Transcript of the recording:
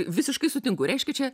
visiškai sutinku reiškia čia